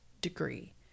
degree